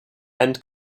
and